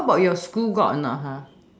how about your school got or not ah